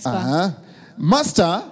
Master